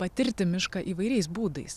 patirti mišką įvairiais būdais